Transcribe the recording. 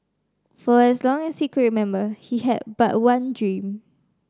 for as long as he could remember he had but one dream